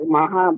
Maha